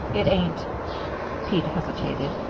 it ain't pete hesitated,